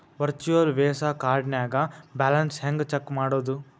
Virtual Visa ಕಾರ್ಡ್ನ್ಯಾಗ balance ಹೆಂಗ check ಮಾಡುದು?